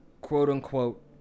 quote-unquote